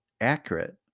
accurate